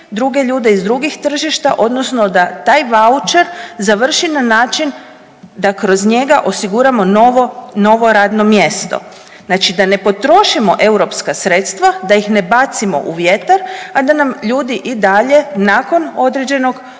druge ljude iz drugih tržišta odnosno da taj vaučer završi na način da kroz njega osiguramo novo, novo radno mjesto, znači da ne potrošimo europska sredstva, da ih ne bacimo u vjetar, a da nam ljudi i dalje nakon određenog